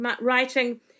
writing